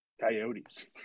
Coyotes